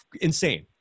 Insane